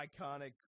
iconic